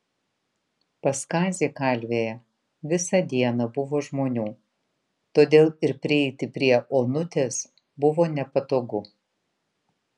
pas kazį kalvėje visą dieną buvo žmonių todėl ir prieiti prie onutės buvo nepatogu